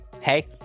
Hey